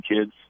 kids